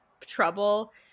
trouble